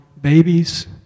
babies